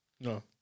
No